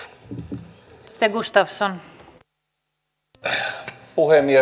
arvoisa puhemies